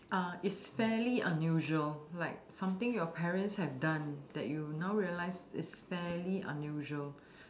uh it's fairly unusual like something your parents have done that you now realize it's fairly unusual